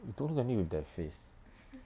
you don't look at me with that face